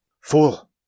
Fool